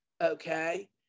okay